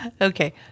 Okay